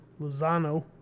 Lozano